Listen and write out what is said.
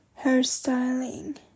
hairstyling